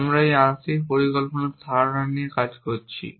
আমরা এই আংশিক পরিকল্পনার ধারণা নিয়ে কাজ করছি